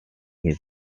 his